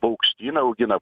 paukštyną augina